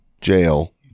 jail